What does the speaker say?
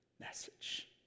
message